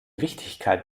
wichtigkeit